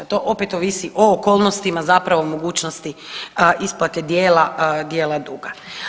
To opet ovisi o okolnostima, zapravo mogućnosti isplate dijela duga.